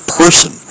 person